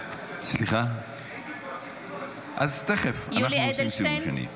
(קוראת בשמות חברי הכנסת) יולי יואל אדלשטיין,